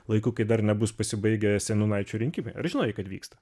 laiku kai dar nebus pasibaigę seniūnaičių rinkimai ar žinojai kad vyksta